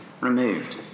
removed